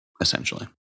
essentially